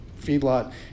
feedlot